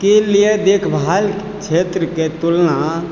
के लिए देखभाल क्षेत्रके तुलना